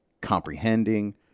comprehending